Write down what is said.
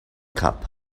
cup